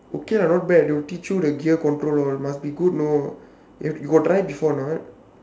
okay lah not bad they will teach you the gear control all must be good you know you got try before or not